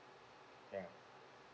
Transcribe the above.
mm